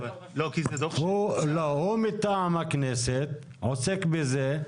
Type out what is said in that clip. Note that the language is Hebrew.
הוא מטעם הכנסת, עוסק בזה.